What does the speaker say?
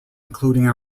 including